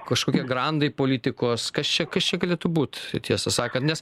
kažkokie grandai politikos kas čia kas čia galėtų būt tiesą sakant nes